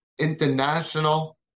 international